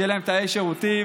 שיהיו להם תאי שירותים,